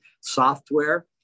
software